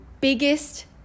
biggest